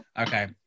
okay